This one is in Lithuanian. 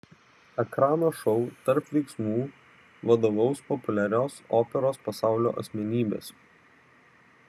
ekrano šou tarp veiksmų vadovaus populiarios operos pasaulio asmenybės